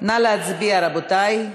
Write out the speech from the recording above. נא להצביע, רבותי.